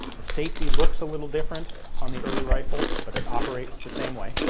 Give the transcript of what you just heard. the safety looks a little different on the early rifle but ah operates the same way.